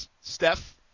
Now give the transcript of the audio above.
Steph